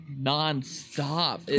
non-stop